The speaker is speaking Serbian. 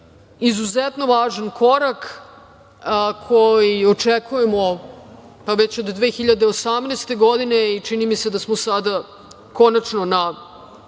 izuzetno važan korak koji očekujemo pa već od 2018. godine i čini mi se da smo sada konačno na